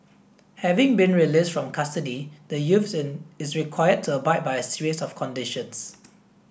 having been released from custody the youth is required to abide by a series of conditions